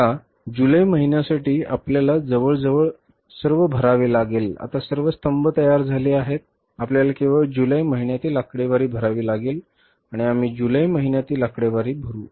आता पुन्हा जुलै महिन्यासाठी आपल्याला जवळजवळ भरावे लागेल आता सर्व स्तंभ तयार झाले आहेत आपल्याला केवळ जुलै महिन्यातील आकडेवारी भरावी लागेल आणि आम्ही जुलै महिन्यातील आकडे भरू